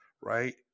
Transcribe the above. right